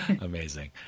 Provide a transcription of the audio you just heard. Amazing